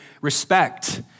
respect